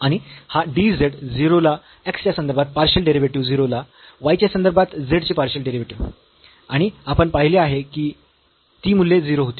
आणि हा dz 0 ला x च्या संदर्भात पार्शियल डेरिव्हेटिव्ह 0 ला y च्या संदर्भात z चे पार्शियल डेरिव्हेटिव्ह आणि आपण पाहिले आहे की ती मूल्ये 0 होती